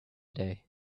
day